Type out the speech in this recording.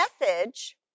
message